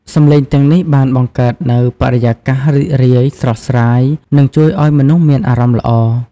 សំឡេងទាំងនេះបានបង្កើតនូវបរិយាកាសរីករាយ ស្រស់ស្រាយ និងជួយឱ្យមនុស្សមានអារម្មណ៍ល្អ។